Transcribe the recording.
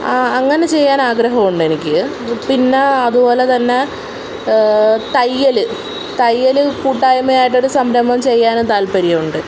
അങ്ങനെ ചെയ്യാനാഗ്രഹമുണ്ടെനിക്ക് പിന്നേ അതുപോലെതന്നെ തയ്യല് തയ്യല് കൂട്ടായ്മയായിട്ട് ഒരു സംരംഭം ചെയ്യാനും താൽപര്യമുണ്ട്